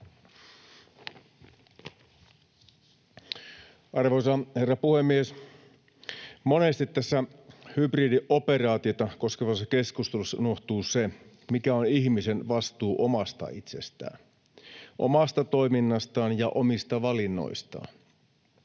Arvoisa herra puhemies! Monesti tässä hybridioperaatiota koskevassa keskustelussa unohtuu se, mikä on ihmisen vastuu omasta itsestään, omasta toiminnastaan ja omista valinnoistaan.